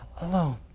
alone